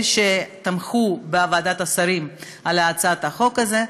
שתמכו בוועדת השרים בהצעת החוק הזאת.